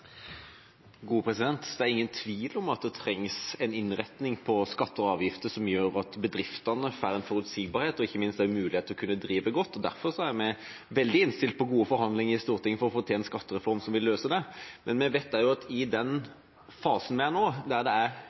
ingen tvil om at det trengs en innretning av skatter og avgifter som gjør at bedriftene får en forutsigbarhet og ikke minst en mulighet til å kunne drive godt. Derfor er vi veldig innstilt på gode forhandlinger i Stortinget for å få til en skattereform som vil løse det. Men vi vet også at i den fasen vi er i nå, da det er